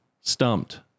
stumped